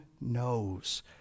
knows